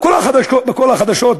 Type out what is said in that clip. בכל החדשות,